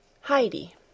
Heidi